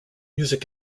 music